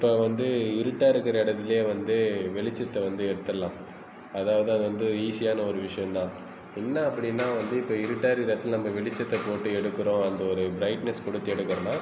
இப்போ வந்து இருட்டாக இருக்கிற இடத்துலேயே வந்து வெளிச்சத்தை வந்து எடுத்துடலா அதாவது அது வந்து ஈசியான ஒரு விஷயம் தான் என்ன அப்படின்னா வந்து இப்போ இருட்ட இருக்கிற இடத்தில் நம்ம வெளிச்சத்தை போட்டு எடுக்கிறோம் அந்த ஒரு பிரைட்நெஸ் கொடுத்து எடுக்குறோனா